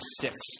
six